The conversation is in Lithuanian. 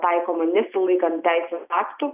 taikoma nesilaikant teisės aktų